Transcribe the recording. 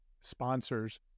sponsors